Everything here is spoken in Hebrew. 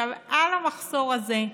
עכשיו על המחסור הזה,